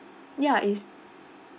ya is